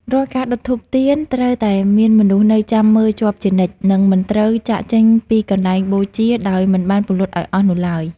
រាល់ការដុតធូបទៀនត្រូវតែមានមនុស្សនៅចាំមើលជាប់ជានិច្ច និងមិនត្រូវចាកចេញពីកន្លែងបូជាដោយមិនបានពន្លត់ឱ្យអស់នោះឡើយ។